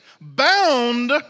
bound